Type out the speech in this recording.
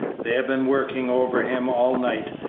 they have been working over him all night,